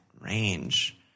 range